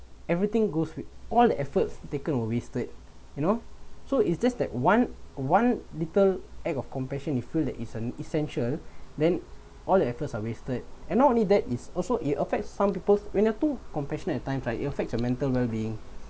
everything goes with all the efforts taken were wasted you know so it's just that one one little act of compassion you feel that is uh essential then all the efforts are wasted and not only that is also it affects some peoples when they too compassionate at times right it affect your mental wellbeing